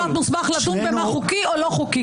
בית משפט מוסמך לדון במה חוק או לא חוקי.